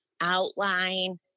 outline